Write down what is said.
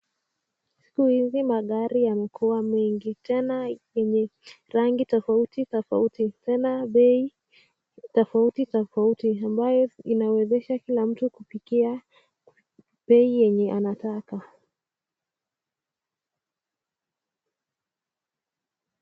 Siku hizi magari yamekuwa mengi, tena zenye rangi tofauti tofauti, tena bei tofauti tofauti, ambayo inawezesha kila mtu kufikia bei enye anataka.